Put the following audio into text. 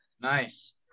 Nice